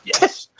Yes